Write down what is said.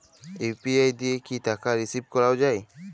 UPI দিয়ে কি টাকা রিসিভ করাও য়ায়?